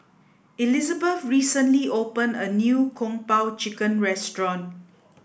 Elizabeth recently opened a new Kung Po Chicken Restaurant